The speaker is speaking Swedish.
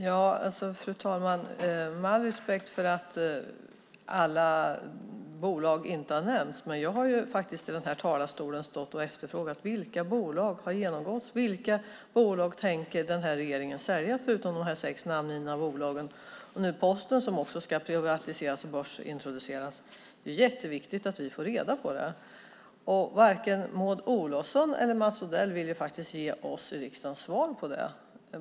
Fru talman! Med all respekt för att alla bolag inte har nämnts har jag faktiskt stått i den här talarstolen och efterfrågat vilka bolag som har genomgåtts och vilka bolag som den här regeringen tänker sälja förutom de här sex namngivna bolagen och nu Posten, som också ska privatiseras och börsintroduceras. Det är ju jätteviktigt att vi får reda på det. Varken Maud Olofsson eller Mats Odell vill ju faktiskt ge oss i riksdagen svar på det.